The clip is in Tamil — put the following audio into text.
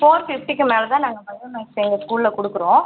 ஃபோர் ஃபிஃப்டிக்கு மேல் தான் நாங்கள் வந்து எங்கள் ஸ்கூலில் கொடுக்குறோம்